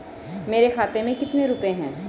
मेरे खाते में कितने रुपये हैं?